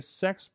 sex